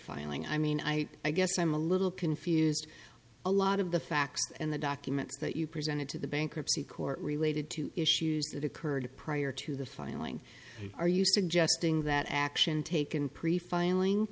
filing i mean i i guess i'm a little confused a lot of the facts and the documents that you presented to the bankruptcy court related to issues that occurred prior to the filing are you suggesting that action taken pre filing